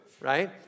right